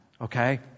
Okay